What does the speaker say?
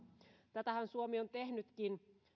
tätähän suomi on tehnytkin